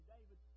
David